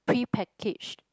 pre packaged